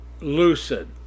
lucid